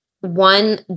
One